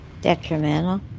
Detrimental